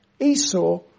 Esau